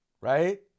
Right